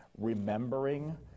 remembering